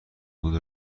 بود